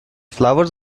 flowers